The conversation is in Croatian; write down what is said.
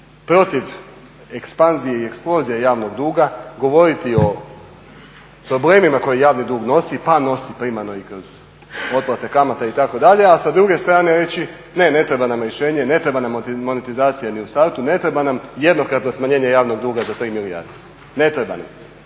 protiv ekspanzije i eksplozije javnog duga, govoriti o problemima koje javni dug nosi pa nosi primarno i kroz otplate kamata itd., a sa druge strane reći ne, ne treba nam rješenje, ne treba nam monetizacija ni u startu, ne treba nam jednokratno smanjenje javnog duga za tri milijarde, ne treba nam.